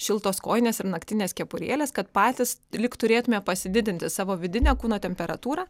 šiltos kojinės ir naktinės kepurėlės kad patys lyg turėtume pasididinti savo vidinę kūno temperatūrą